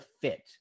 fit